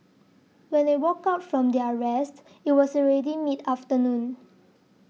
when they woke up from their rest it was already mid afternoon